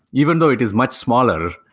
even though it is much smaller,